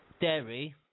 dairy